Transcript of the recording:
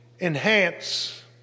enhance